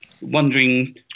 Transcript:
wondering